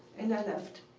and i left.